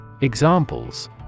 Examples